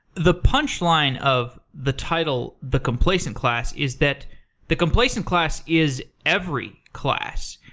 the punch line of the title, the complacent class, is that the complacent class is every class.